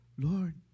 Lord